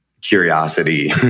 curiosity